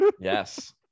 Yes